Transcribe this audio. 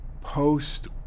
post